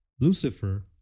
Lucifer